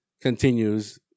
continues